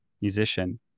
musician